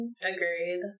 agreed